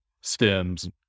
stems